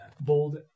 bold